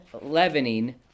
Leavening